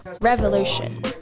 revolution